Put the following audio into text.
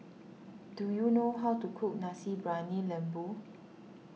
do you know how to cook Nasi Briyani Lembu